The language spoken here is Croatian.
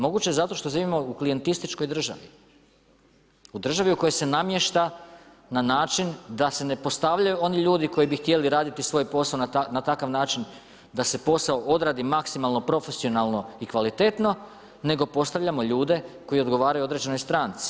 Moguće je zato što živimo u klijentističkoj državi, u državi u kojoj se namješta na način da se ne postavljaju oni ljudi koji bi htjeli raditi svoj posao na takav način da se posao odradi maksimalno, profesionalno i kvalitetno nego postavljamo ljude koji odgovaraju određenoj stranci.